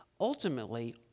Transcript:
Ultimately